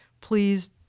please